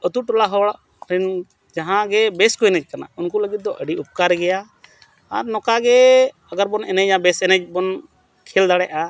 ᱟᱛᱳᱼᱴᱚᱞᱟ ᱦᱚᱲᱨᱮᱱ ᱡᱟᱦᱟᱸᱭ ᱜᱮ ᱵᱮᱥ ᱠᱚ ᱮᱱᱮᱡ ᱠᱟᱱᱟ ᱩᱱᱠᱩ ᱞᱟᱹᱜᱤᱫ ᱫᱚ ᱟᱹᱰᱤ ᱩᱯᱠᱟᱨ ᱜᱮᱭᱟ ᱟᱨ ᱱᱚᱠᱟ ᱜᱮ ᱟᱜᱟᱨ ᱵᱚᱱ ᱮᱱᱮᱡᱟ ᱵᱮᱥ ᱮᱱᱮᱡ ᱵᱚᱱ ᱠᱷᱮᱹᱞ ᱫᱟᱲᱮᱭᱟᱜᱼᱟ